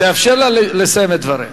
תאפשר לה לסיים את דבריה.